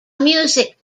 music